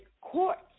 courts